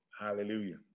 hallelujah